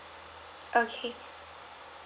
okay